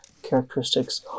characteristics